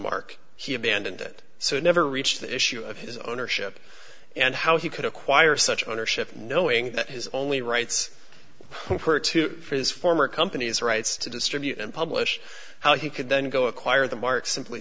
mark he abandoned it so never reach the issue of his ownership and how he could acquire such ownership knowing that his only rights her to his former company's rights to distribute and publish how he could then go acquire the mark simply